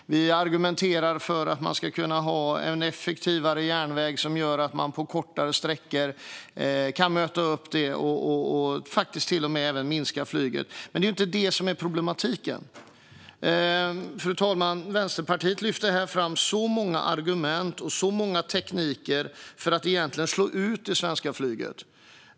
Vi argumenterar för att man ska kunna ha en effektivare järnväg som gör att man på kortare sträckor kan möta detta och till och med även minska flyget. Men det är inte detta som är problemet. Fru talman! Vänsterpartiet lyfter här fram så många argument och så många tekniker för att slå ut det svenska flyget.